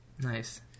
nice